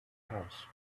house